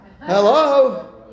hello